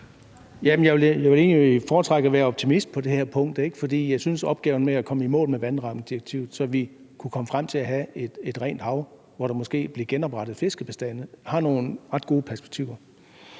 Jeg vil egentlig foretrække at være optimist på det her punkt, for jeg synes, at opgaven med at komme i mål med vandrammedirektivet, så vi kunne komme frem til at have et rent hav, hvor der måske blev genoprettet fiskebestande, har nogle ret gode perspektiver.